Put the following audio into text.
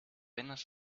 venas